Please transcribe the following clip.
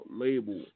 label